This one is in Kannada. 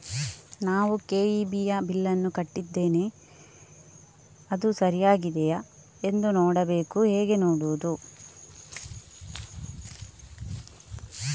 ನಾನು ಕೆ.ಇ.ಬಿ ಯ ಬಿಲ್ಲನ್ನು ಕಟ್ಟಿದ್ದೇನೆ, ಅದು ಸರಿಯಾಗಿದೆಯಾ ಎಂದು ನೋಡಬೇಕು ಹೇಗೆ ನೋಡುವುದು?